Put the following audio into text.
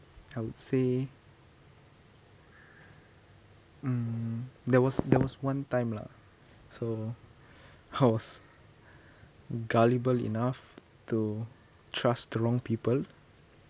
I would say hmm there was there was one time lah so I was gullible enough to trust the wrong people